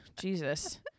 Jesus